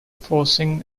forcing